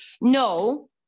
no